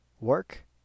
work